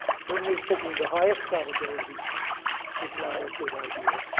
certainly, picking the highest probability is not a good idea,